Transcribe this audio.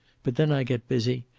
but then i get busy,